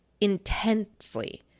intensely